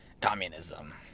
communism